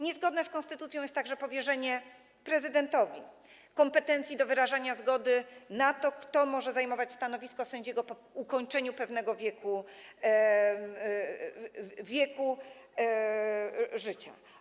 Niezgodne z konstytucją jest także powierzenie prezydentowi kompetencji do wyrażania zgody na to, kto może zajmować stanowisko sędziego po ukończeniu pewnego wieku życia.